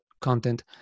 content